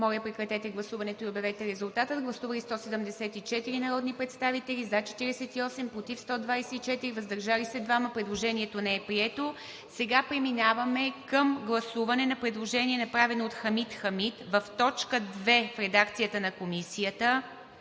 Моля, режим на гласуване. Гласували 174 народни представители: за 48, против 124, въздържали се 2. Предложението не е прието. Сега преминаваме към гласуване на предложение, направено от Хамид Хамид в т. 2 в редакцията на Комисията,